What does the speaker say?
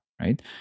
Right